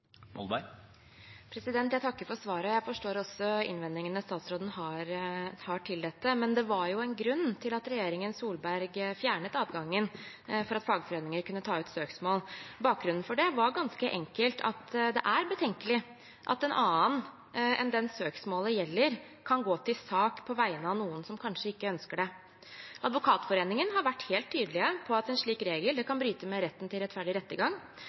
Jeg takker for svaret. Jeg forstår også innvendingene statsråden har til dette. Men det var jo en grunn til at regjeringen Solberg fjernet adgangen til at fagforeninger kunne ta ut søksmål. Bakgrunnen for det var ganske enkelt at det er betenkelig at en annen enn den søksmålet gjelder, kan gå til sak på vegne av noen som kanskje ikke ønsker det. Advokatforeningen har vært helt tydelig på at en slik regel kan bryte med retten til en rettferdig rettergang,